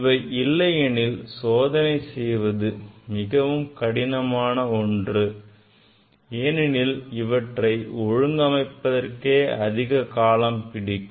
இவை இல்லை எனில் சோதனை செய்வது மிகவும் கடினமான ஒன்றாகும் ஏனெனில் இவற்றை ஒழுங்கு அமைப்பதற்கே அதிகம் காலம் பிடிக்கும்